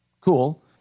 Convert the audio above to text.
Cool